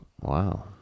Wow